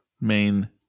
main